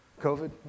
COVID